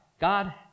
God